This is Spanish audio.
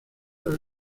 los